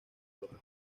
torre